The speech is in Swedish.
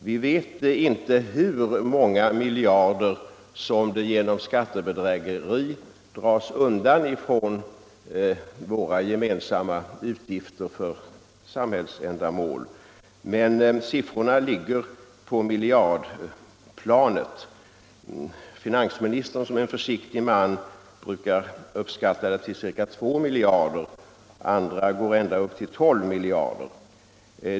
Vi känner inte till hur många miljarder som genom skattebedrägerier dras undan från våra gemensamma insatser för samhällsändamål, men siffrorna ligger på miljardplanet. Finansministern, som är en försiktig man, brukar uppskatta beloppet till ca 2 miljarder kronor; andra beräknar att det är ända upp till 12 miljarder.